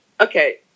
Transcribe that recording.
Okay